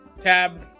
tab